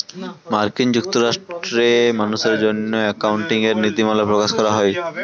মার্কিন যুক্তরাষ্ট্রে মানুষের জন্য অ্যাকাউন্টিং এর নীতিমালা প্রকাশ করা হয়